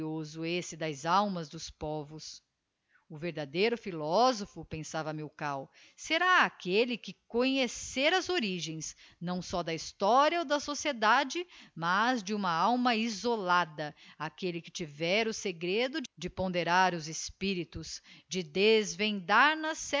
esse das almas dos povos o verdadeiro philosopho pensava milkau será aquelle que conhecer as origens não só da historia ou da sociedade mas de uma alma isolada aquelle que tiver o segredo de ponderar os espíritos de desvendar nas